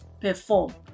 perform